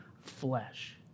flesh